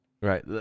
Right